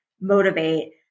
motivate